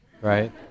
Right